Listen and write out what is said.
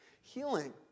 Healing